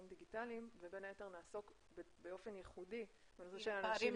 דיגיטליים ובין היתר נעסוק באופן ייחודי על זה שהאנשים עם מוגבלויות